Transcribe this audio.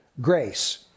grace